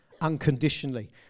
unconditionally